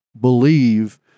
believe